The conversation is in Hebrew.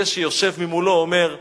זה שיושב מולו אומר: